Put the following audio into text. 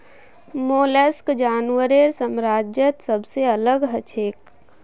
mollusc जानवरेर साम्राज्यत सबसे अलग हछेक